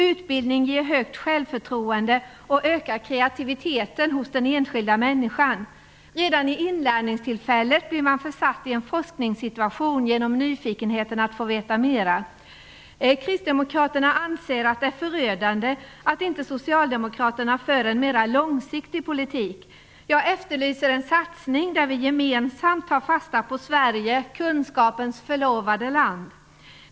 Utbildning ger högt självförtroende och ökar kreativiteten hos den enskilda människan. Redan vid inlärningstillfället blir man försatt i en forskningssituation genom nyfikenheten att få veta mera. Kristdemokraterna anser att det är förödande att inte Socialdemokraterna för en mera långsiktig politik. Jag efterlyser en satsning där vi gemensamt tar fasta på Sverige, kunskapens förlovade land.